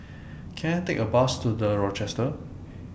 Can I Take A Bus to The Rochester